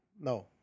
No